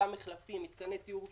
אותם מחלפים, מתקני טיהור שפכים,